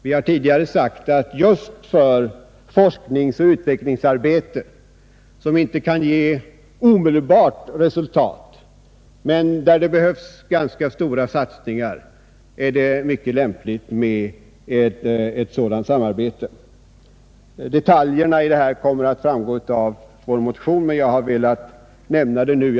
Vi har tidigare sagt att det just för forskningsoch utvecklingsarbete, som inte kan ge omedelbara resultat och som kräver ganska stora satsningar, är mycket lämpligt med ett sådant samarbete. Detaljerna kommer att Nr 14 framgå av vår motion, men jag har velat nämna saken redan nu.